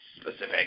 specific